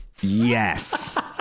Yes